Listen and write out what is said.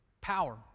power